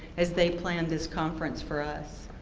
as they planned this conference for us.